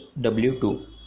W2